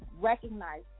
recognize